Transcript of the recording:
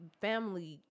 family